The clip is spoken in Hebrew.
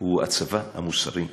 הוא הצבא המוסרי ביותר.